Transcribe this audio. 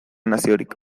naziorik